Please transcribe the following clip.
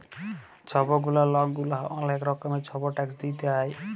ছব গুলা লক গুলাকে অলেক রকমের ছব ট্যাক্স দিইতে হ্যয়